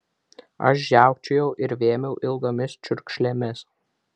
aš žiaukčiojau ir vėmiau ilgomis čiurkšlėmis